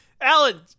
Alan